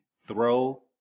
throw